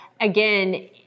again